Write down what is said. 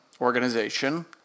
organization